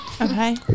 Okay